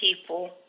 people